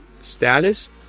Status